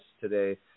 today